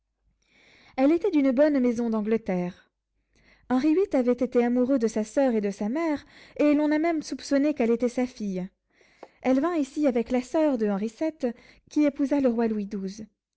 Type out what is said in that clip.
elle était d'une bonne maison d'angleterre henri viii avait été amoureux de sa soeur et de sa mère et l'on a même soupçonné qu'elle était sa fille elle vint ici avec la soeur de henri vii qui épousa le roi louis